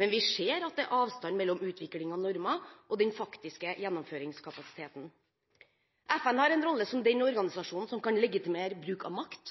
Men vi ser at det er avstand mellom utviklingen av normer og den faktiske gjennomføringskapasiteten. FN har en rolle som den organisasjonen som kan legitimere bruk av makt,